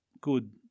good